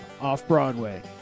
Off-Broadway